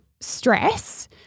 stress